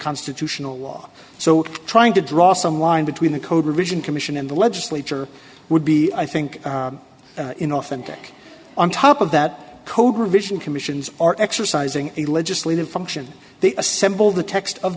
constitutional law so trying to draw some line between the code revision commission and the legislature would be i think in off and back on top of that code revision commissions are exercising a legislative function they assemble the text of